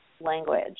language